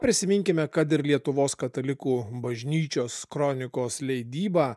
prisiminkime kad ir lietuvos katalikų bažnyčios kronikos leidybą